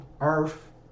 earth